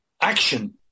action